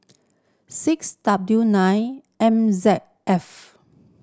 six W nine M Z F